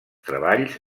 treballs